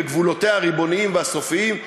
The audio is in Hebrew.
בגבולותיה הריבוניים והסופיים,